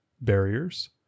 barriers